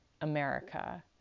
America